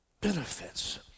Benefits